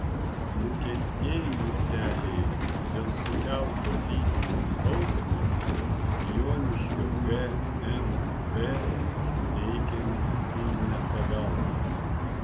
nukentėjusiajai dėl sukelto fizinio skausmo joniškio gmp suteikė medicininę pagalbą